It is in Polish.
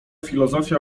filozofia